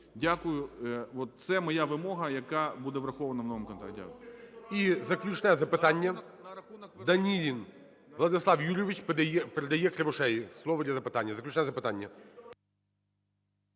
Дякую. От це моя вимога, яка буде врахована в новому контракті.